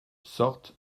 sortent